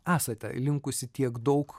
esate linkusi tiek daug